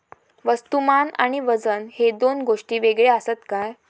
वस्तुमान आणि वजन हे दोन गोष्टी वेगळे आसत काय?